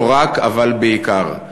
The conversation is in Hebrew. לא רק אבל בעיקר.